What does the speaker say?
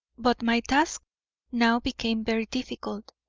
but my task now became very difficult,